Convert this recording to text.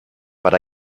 but